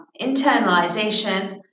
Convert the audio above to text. internalization